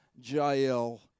jail